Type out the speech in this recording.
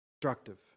destructive